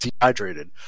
dehydrated